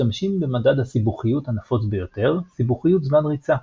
משתמשים במדד הסיבוכיות הנפוץ ביותר - סיבוכיות זמן ריצה.